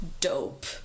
dope